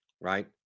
right